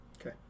okay